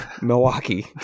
Milwaukee